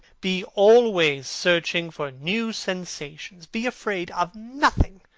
be always searching for new sensations. be afraid of nothing.